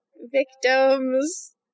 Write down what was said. victims